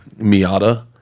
Miata